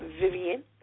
Vivian